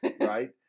right